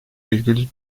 virgül